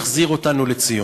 החזיר אותנו לציון.